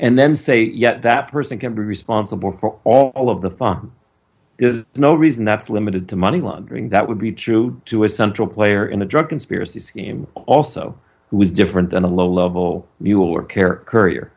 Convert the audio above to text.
and then say yep that person can be responsible for all of the fun is no reason that's limited to money laundering that would be true to a central player in a drug conspiracy scheme also who is different than a low level mueller care courier